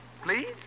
Please